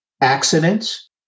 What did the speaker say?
accidents